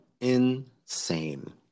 insane